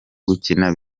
gukina